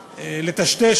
משמעות,